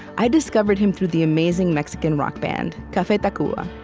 i discovered him through the amazing mexican rock band, cafe tacuba,